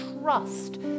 trust